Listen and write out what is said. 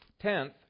Tenth